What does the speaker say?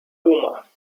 oma